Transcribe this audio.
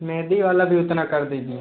मेहँदी वाला भी उतना कर दीजिए